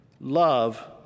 love